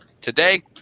today